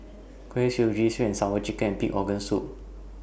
Kuih Suji Sweet and Sour Chicken and Pig'S Organ Soup